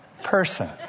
person